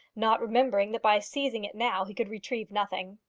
not remembering that by seizing it now he could retrieve nothing.